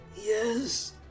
Yes